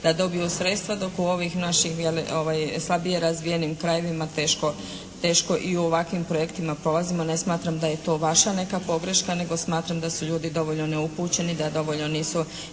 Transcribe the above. da dobiju sredstva dok u ovih našim slabije razvijenim krajevima teško i u ovakvim projektima prolazimo, ne smatram da je to vaša neka pogreška nego smatram da su ljudi dovoljno neupućeni, da dovoljno nisu